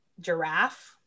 giraffe